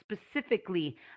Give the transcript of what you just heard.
specifically